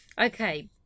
Okay